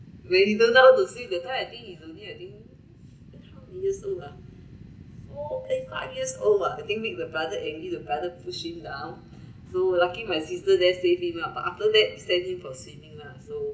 when he don't know how to swim that time I think he's only I think how many years old ah four[eh] five years old ah I think he make the brother angry the brother push him down so lucky my sister there save him lah but after that send him for swimming lah so